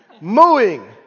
Mooing